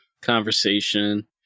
conversation